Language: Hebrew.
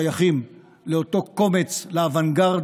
שייכים לאותו קומץ, לאוונגרד,